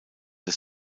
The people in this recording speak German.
des